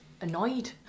annoyed